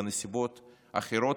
בנסיבות אחרות,